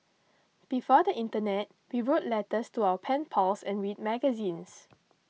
before the Internet we wrote letters to our pen pals and read magazines